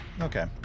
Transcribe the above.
Okay